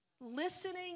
Listening